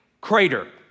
crater